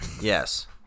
yes